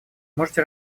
можете